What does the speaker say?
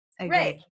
right